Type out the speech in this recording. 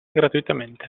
gratuitamente